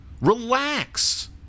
Relax